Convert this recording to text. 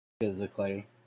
physically